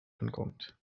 ankommt